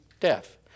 Death